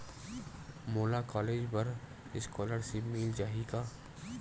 मोला कॉलेज बर स्कालर्शिप मिल जाही का?